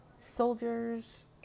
soldiers